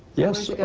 yes.